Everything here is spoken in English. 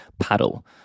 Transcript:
paddle